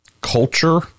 culture